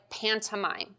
pantomime